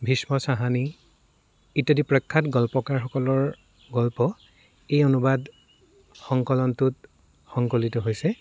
ভীষ্ম চাহানী ইত্যাদি প্ৰখ্যাত গল্পকাৰসকলৰ গল্প এই অনুবাদ সংকলটোত সংকলিত হৈছে